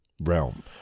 realm